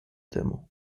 demo